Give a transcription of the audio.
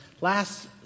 last